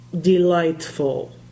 delightful